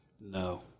No